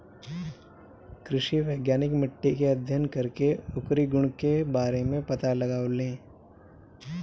कृषि वैज्ञानिक मिट्टी के अध्ययन करके ओकरी गुण के बारे में पता लगावेलें